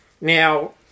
Now